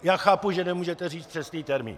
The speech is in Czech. Já chápu, že nemůžete říct přesný termín.